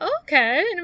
okay